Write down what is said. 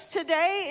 today